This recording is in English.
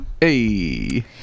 Hey